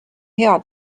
hea